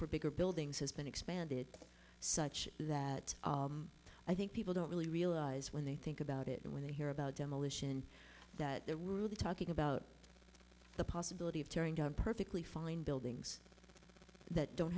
for bigger buildings has been expanded such that i think people don't really realize when they think about it and when they hear about demolition that the rw the talking about the possibility of tearing down perfectly fine buildings that don't